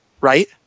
right